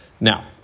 Now